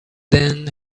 then